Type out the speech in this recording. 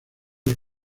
los